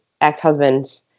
ex-husband